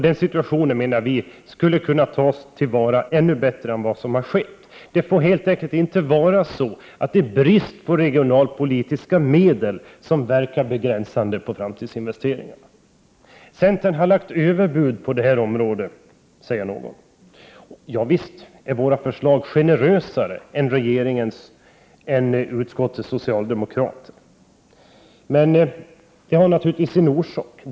Den situationen anser vi borde kunna tas till vara ännu bättre än som skett. Det får helt enkelt inte vara så att brist på regionalpolitiska medel verkar begränsande på framtidsinvesteringarna. Centern har lagt överbud på detta område, säger någon. Ja, visst är våra förslag generösare än regeringens och utskottets socialdemokraters. Men det har naturligtvis en orsak.